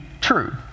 true